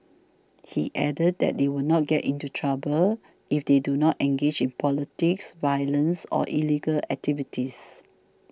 he added that they would not get into trouble if they do not engage in politics violence or illegal activities